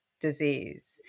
disease